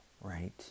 right